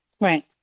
Right